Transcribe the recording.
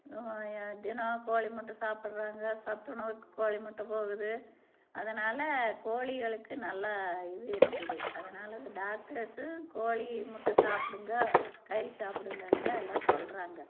தினம் கோழி முட்டை சாப்பிட்றாங்க சத்துணவு கோ கோழி முட்டை போகுது அதனால் கோழிகளுக்கு நல்லா இது இருக்குது அதனால அந்த டாக்டர்ஸும் கோழி முட்டை சாப்பிடுங்க கறி சாப்பிடுங்கனு தான் எல்லாம் சொல்கிறாங்க